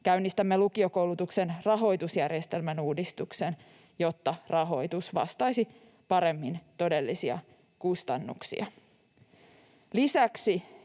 Käynnistämme lukiokoulutuksen rahoitusjärjestelmän uudistuksen, jotta rahoitus vastaisi paremmin todellisia kustannuksia. Lisäksi